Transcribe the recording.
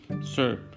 sir